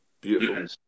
Beautiful